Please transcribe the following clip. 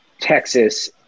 Texas